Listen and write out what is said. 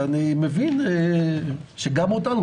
ואני מבין שגם עם כולם.